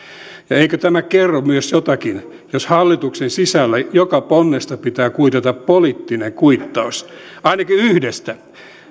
eikö tämä kerro myös jotakin jos hallituksen sisällä joka ponnesta pitää kuitata poliittinen kuittaus ainakin yhdestä eli